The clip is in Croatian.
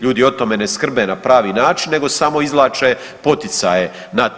ljudi o tome ne skrbe na pravi način nego samo izvlače poticaje na to.